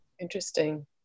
Interesting